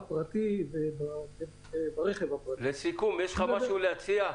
יש לך משהו להציע.